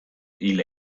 hil